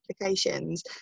applications